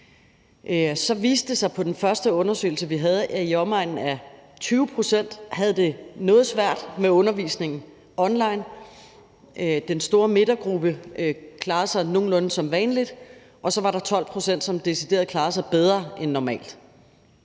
så viste det sig ud fra den første undersøgelse, vi havde, at i omegnen af 20 pct. havde det noget svært ved undervisningen online. Den store midtergruppe klarede sig nogenlunde som vanligt. Og så var der 12 pct., som decideret klarede sig bedre end normalt.